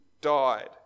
died